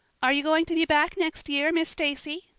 are you going to be back next year, miss stacy?